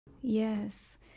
Yes